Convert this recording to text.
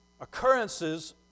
occurrences